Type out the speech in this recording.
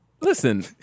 Listen